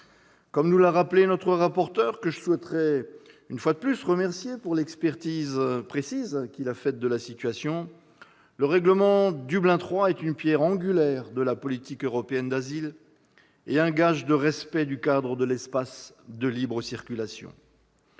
Comme l'a rappelé M. le rapporteur, que je souhaite une fois de plus remercier de son expertise précise de la situation, le règlement Dublin III est une pierre angulaire de la politique européenne d'asile et un gage de respect du cadre de l'espace de libre circulation.